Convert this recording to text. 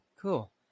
cool